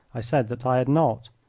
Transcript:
i said that i had not.